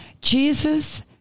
Jesus